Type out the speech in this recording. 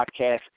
podcast